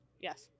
Yes